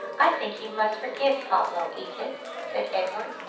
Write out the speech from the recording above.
i think you must forgive pablo, edith, said edward,